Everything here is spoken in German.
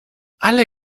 alle